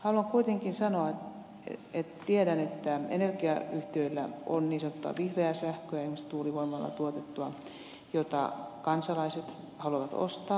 haluan kuitenkin sanoa että tiedän että energiayhtiöillä on niin sanottua vihreää sähköä esimerkiksi tuulivoimalla tuotettua jota kansalaiset haluavat ostaa ja josta he haluavat maksaa korkeamman hinnan